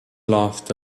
laughed